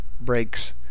breaks